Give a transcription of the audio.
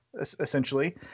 essentially